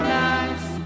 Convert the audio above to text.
nice